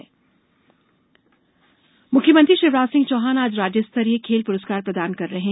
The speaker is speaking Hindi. राज्य खेल पुरस्कार मुख्यमंत्री शिवराज सिंह चौहान आज राज्य स्तरीय खेल पुरस्कार प्रदान कर रहे हैं